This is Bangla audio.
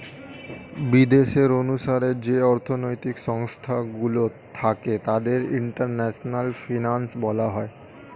বিদেশের অনুসারে যে অর্থনৈতিক সংস্থা গুলো থাকে তাদের ইন্টারন্যাশনাল ফিনান্স বলা হয়